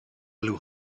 blew